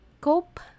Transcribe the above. cope